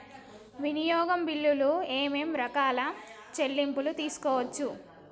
వినియోగ బిల్లులు ఏమేం రకాల చెల్లింపులు తీసుకోవచ్చు?